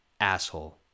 asshole